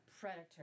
predator